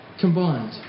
combined